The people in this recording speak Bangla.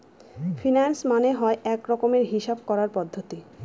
ফিন্যান্স মানে হয় এক রকমের হিসাব করার পদ্ধতি